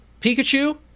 pikachu